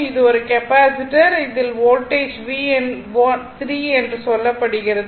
இது ஒரு கெப்பாசிட்டர் ஆகும் இதில் வோல்டேஜ் V3 என்று சொல்லப்படுகிறது